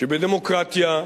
שבדמוקרטיה,